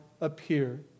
appear